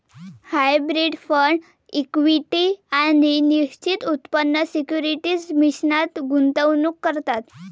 hybrid fund equity आणि निश्चित उत्पन्न सिक्युरिटीज मिश्रणात गुंतवणूक करतात